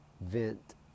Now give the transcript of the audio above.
vent